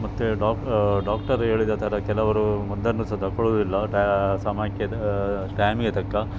ಮತ್ತು doctor doctor ಹೇಳಿದ ಥರ ಕೆಲವರು ಮದ್ದನ್ನು ಸಹ ತೊಗೊಳ್ಳುದಿಲ್ಲ ಟ ಸಮಯಕ್ಕೆ ತ ಟೈಮಿಗೆ ತಕ್ಕ